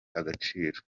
agaciro